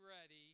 ready